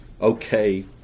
okay